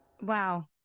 Wow